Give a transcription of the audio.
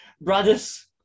Brothers